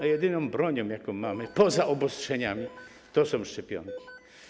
A jedyną bronią, jaką mamy, poza obostrzeniami, są szczepionki.